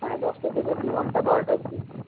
হ্যাঁ দশটা থেকে দু ঘন্টা বারোটা অব্দি